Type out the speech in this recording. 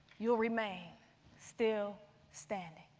you'll remain still standing.